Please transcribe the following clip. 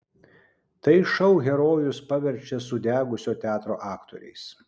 tai šou herojus paverčia sudegusio teatro aktoriais